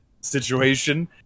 situation